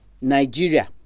Nigeria